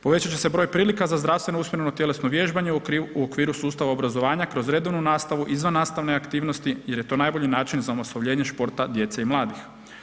Povećat će se broj prilika za zdravstveno ... tjelesno vježbanje u okviru sustava obrazovanja kroz redovnu nastavu, izvannastavne aktivnosti jer je to najbolji način za omasovljenje športa djece i mladih.